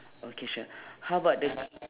okay sure how about the